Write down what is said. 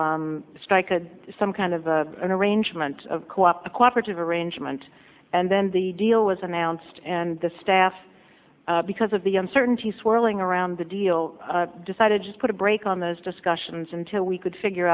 a some kind of a an arrangement of co op a cooperative arrangement and then the deal was announced and the staff because of the uncertainty swirling around the deal decided to put a brake on those discussions until we could figure